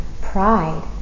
pride